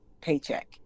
paycheck